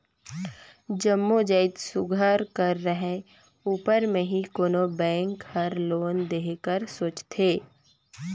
जम्मो जाएत सुग्घर कर रहें उपर में ही कोनो बेंक हर लोन देहे कर सोंचथे